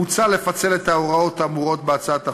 מוצע לפצל את ההוראות האמורות מהצעת החוק.